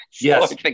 Yes